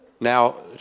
Now